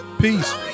Peace